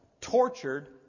tortured